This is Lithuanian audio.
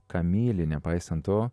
ką myli nepaisant to